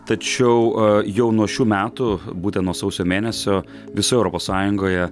tačiau jau nuo šių metų būtent nuo sausio mėnesio visoj europos sąjungoje